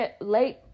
late